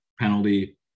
penalty